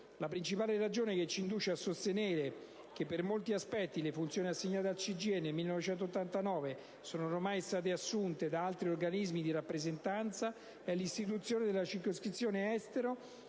Le principali ragioni che ci inducono a sostenere che, per molti aspetti, le funzioni assegnate al CGIE nel 1989 sono ormai state assunte da altri organismi di rappresentanza sono l'istituzione della circoscrizione Estero